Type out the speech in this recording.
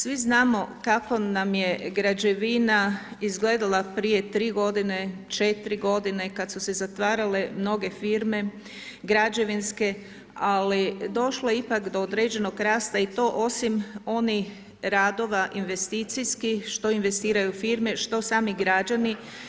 Svi znamo kako nam je građevina izgledala prije 3 godine, 4 godine, kada su se zatvarale mnoge firme građevinske, ali došlo je ipak do određenog rasta i to osim onih radova investicijskih, što investiraju firme, što sami građani.